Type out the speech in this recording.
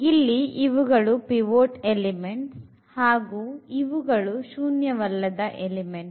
ಇಲ್ಲಿ ಇವುಗಳು pivot elements ಹಾಗು ಇವುಗಳು ಶೂನ್ಯವಲ್ಲದ ಎಲಿಮೆಂಟ್ಸ್